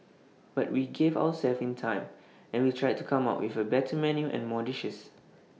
but we gave ourselves time and we tried to come up with A better menu and more dishes